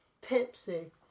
tipsy